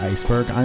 Iceberg